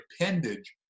appendage